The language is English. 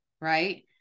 Right